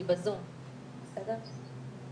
קשרים.